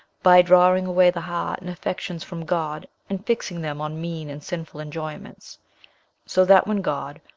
by drawing away the heart and affections from god, and fixing them on mean and sinful enjoyments so that, when god,